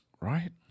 Right